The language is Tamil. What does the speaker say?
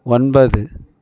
ஒன்பது